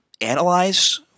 analyze